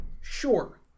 sure